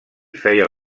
feia